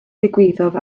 ddigwyddodd